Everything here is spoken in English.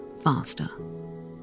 faster